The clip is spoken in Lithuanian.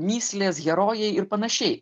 mįslės herojai ir panašiai